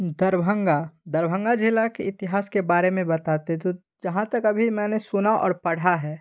दरभंगा दरभंगा ज़िला के इतिहास के बारे मे बताते तो जहाँ तक अभी मैंने सुना और पढ़ा है